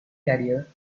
carrier